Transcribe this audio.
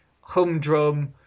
humdrum